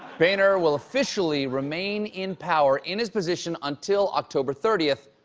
boehner will officially remain in power in his position until october thirty,